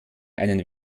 einen